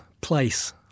place